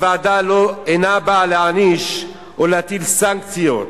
הוועדה אינה באה להעניש או להטיל סנקציות,